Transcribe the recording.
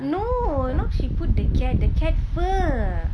no not she put the cat the cat fur